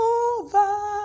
over